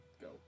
go